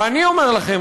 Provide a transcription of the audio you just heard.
ואני אומר לכם,